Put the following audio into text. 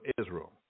Israel